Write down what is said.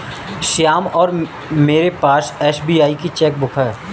श्याम और मेरे पास एस.बी.आई की चैक बुक है